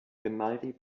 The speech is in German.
grimaldi